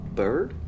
bird